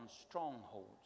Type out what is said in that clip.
strongholds